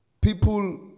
People